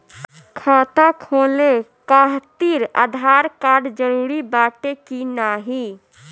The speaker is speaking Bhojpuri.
खाता खोले काहतिर आधार कार्ड जरूरी बाटे कि नाहीं?